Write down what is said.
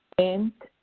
and